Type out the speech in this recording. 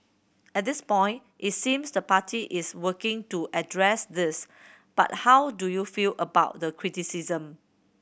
at this point it seems the party is working to address this but how do you feel about the criticism